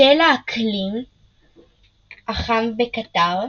בשל האקלים החם בקטר,